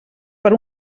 per